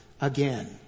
again